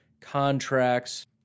contracts